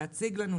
להציג לנו,